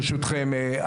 ברשותכם,